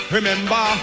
Remember